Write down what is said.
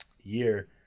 year